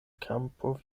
kampo